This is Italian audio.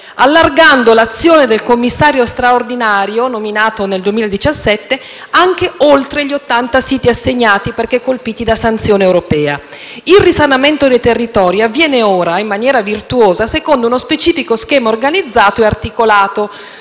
allargando l'azione del commissario straordinario nominato nel 2017 anche oltre gli ottanta siti assegnati perché colpiti da sanzione europea. Il risanamento dei territori avviene ora in maniera virtuosa secondo uno specifico schema organizzato e articolato,